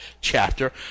chapter